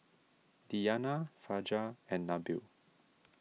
Diyana Fajar and Nabil